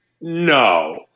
No